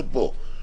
שפה.